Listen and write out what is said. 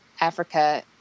Africa